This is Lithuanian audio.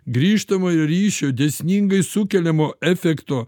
grįžtamojo ryšio dėsningai sukeliamo efekto